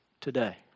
today